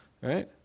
Right